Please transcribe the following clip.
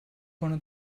gonna